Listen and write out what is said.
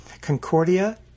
Concordia